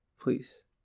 Please